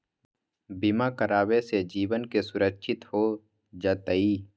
बीमा करावे से जीवन के सुरक्षित हो जतई?